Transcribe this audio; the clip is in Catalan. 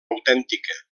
autèntica